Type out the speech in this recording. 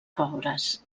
pobres